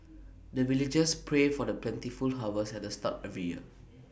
the villagers pray for the plentiful harvest at the start every year